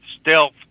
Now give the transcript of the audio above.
stealth